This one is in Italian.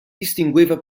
distingueva